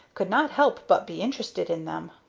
could not help but be interested in them.